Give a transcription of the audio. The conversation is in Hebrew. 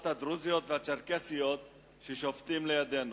הדרוזיות והצ'רקסיות ששובתים לידינו.